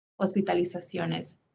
hospitalizaciones